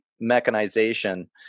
mechanization